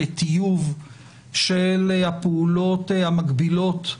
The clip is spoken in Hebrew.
לטיוב של הפעולות המקבילות,